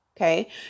okay